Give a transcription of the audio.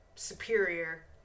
superior